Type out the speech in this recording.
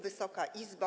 Wysoka Izbo!